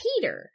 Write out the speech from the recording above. Peter